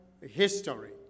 history